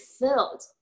filled